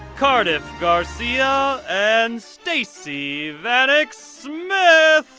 cardiff garcia and stacey vanek smith